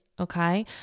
okay